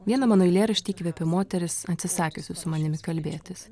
vieną mano eilėraštį įkvėpė moteris atsisakiusi su manimi kalbėtis